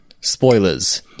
Spoilers